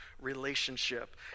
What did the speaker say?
relationship